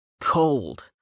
cold